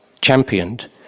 championed